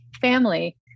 family